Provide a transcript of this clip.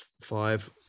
five